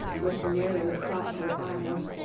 with narrowed, thoughtful eyes.